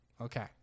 Okay